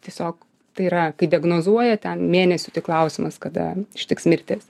tiesiog tai yra kai diagnozuoja ten mėnesių tik klausimas kada ištiks mirtis